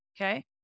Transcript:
Okay